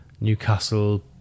Newcastle